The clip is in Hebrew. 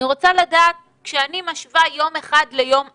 אני רוצה לדעת כשאני משווה יום אחד ליום אחר,